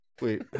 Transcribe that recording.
Wait